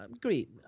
great